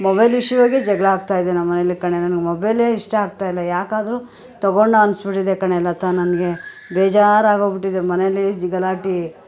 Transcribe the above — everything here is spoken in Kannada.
ಮೊಬೈಲ್ ವಿಷಯವಾಗೆ ಜಗಳ ಆಗ್ತಾಯಿದೆ ನಮ್ಮ ಮನೆಯಲ್ಲಿ ಕಣೆ ನನಗೆ ಮೊಬೈಲೇ ಇಷ್ಟ ಆಗ್ತಾಯಿಲ್ಲ ಯಾಕಾದರೂ ತಗೊಂಡ್ನೋ ಅನಿಸ್ಬಿಟ್ಟಿದೆ ಕಣೆ ಲತಾ ನನ್ಗೆ ಬೇಜಾರ್ ಆಗೋಗಿಬಿಟ್ಟಿದೆ ಮನೆಯಲ್ಲೇ ಗಲಾಟೆ